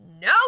No